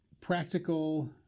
practical